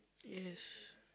yes